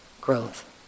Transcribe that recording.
growth